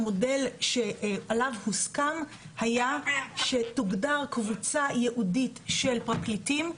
המודל שעליו הוסכם היה שתוגדר קבוצה ייעודית של פרקליטים,